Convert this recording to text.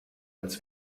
als